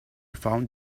found